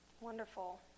wonderful